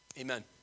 Amen